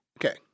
Okay